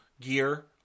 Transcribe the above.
gear